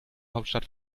hauptstadt